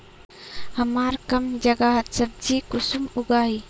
हमार कम जगहत सब्जी कुंसम उगाही?